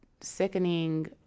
sickening